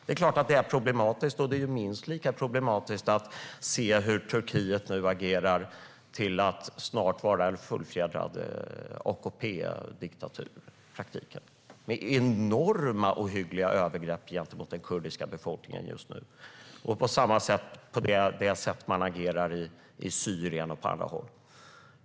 Det är klart att det är problematiskt, och det är minst lika problematiskt att se hur Turkiet nu agerar i riktning mot att i praktiken snart vara en fullfjädrad AKP-diktatur med enorma och ohyggliga övergrepp gentemot den kurdiska befolkningen just nu. På samma sätt agerar man i Syrien och på andra håll.